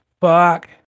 Fuck